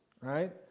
right